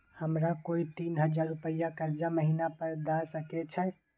हमरा कोय तीन हजार रुपिया कर्जा महिना पर द सके छै?